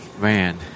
man